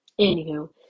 anywho